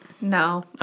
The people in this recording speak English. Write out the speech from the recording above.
No